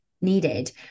needed